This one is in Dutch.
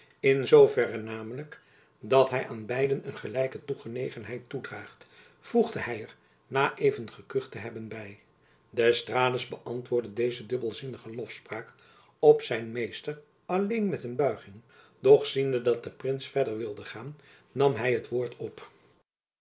in zoo verre namelijk dat hy aan beiden een gelijke toegenegenheid toedraagt voegde hy er na even gekucht te hebben by d'estrades beantwoordde deze dubbelzinnige lofspraak jacob van lennep elizabeth musch op zijn meester alleen met een buiging doch ziende dat de prins verder wilde gaan nam hij het woord op